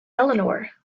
eleanor